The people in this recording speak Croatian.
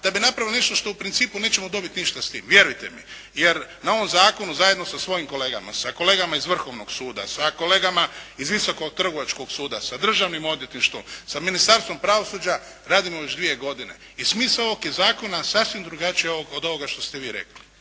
da bi napravili nešto što u principu nećemo dobiti ništa s tim, vjerujte mi. Jer na ovom zakonu zajedno sa svojim kolegama, sa kolegama iz Vrhovnog suda, sa kolegama iz Visokog trgovačkog suda, sa Državnim odvjetništvom, sa Ministarstvom pravosuđa radimo već dvije godine i smisao ovog zakona je sasvim drugačija od ovog što ste vi rekli.